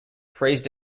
praised